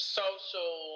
social